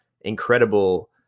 incredible